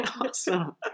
Awesome